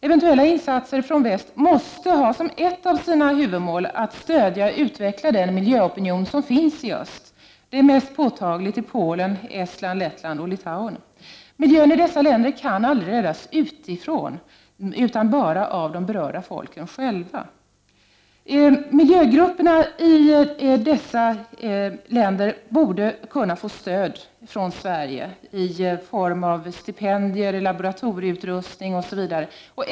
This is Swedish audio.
Eventuella insatser från väst måste ha som ett av sina huvudmål att stödja och utveckla den miljöopinion som finns i öst. Den är mest påtaglig i Polen, Estland, Lettland och Litauen. Miljön i dessa länder kan aldrig räddas utifrån, utan bara av de berörda folken själva. Miljögrupperna i dessa länder borde kunna få stöd från Sverige i form av stipendier, laboratorieutrustning osv.